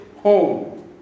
home